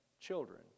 children